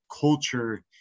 culture